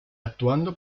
actuando